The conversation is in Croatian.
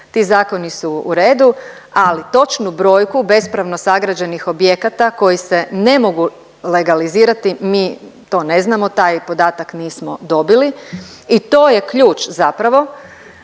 ti zakoni su u redu, ali točnu brojku bespravno sagrađenih objekata koji se ne mogu legalizirati mi to ne znamo, taj podatak nismo dobili i to je ključ zapravo